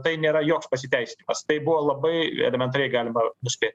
tai nėra joks pasiteisinimas tai buvo labai elementariai galima nuspėt